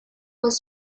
was